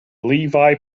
levi